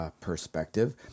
perspective